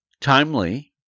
Timely